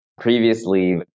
previously